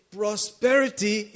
prosperity